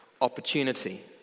opportunity